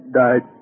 died